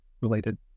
related